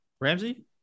Ramsey